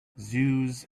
zoos